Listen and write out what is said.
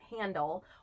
handle